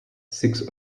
six